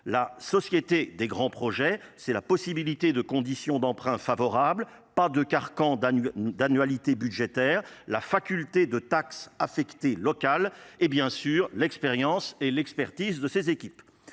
la société des grands projets, c'est la possibilité de conditions d'emprunt favorables. pas de carcan d'annualité budgétaire, la faculté de taxe affectée locale et, bien sûr, l'expérience et l'expertise de ces équipes.